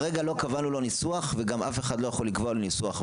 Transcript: כרגע לא קבענו לו ניסוח וגם אף אחד לא יכול לקבוע ניסוח,